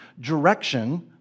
direction